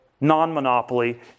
non-monopoly